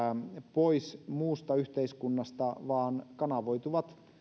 pois muusta yhteiskunnasta vaan ne kanavoituvat